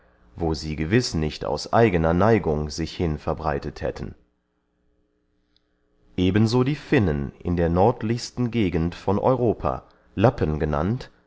wo sie gewis nicht aus eigener neigung sich hin verbreitet hätten eben so die finnen in der nordlichsten gegend von europa lappen genannt